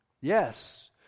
Yes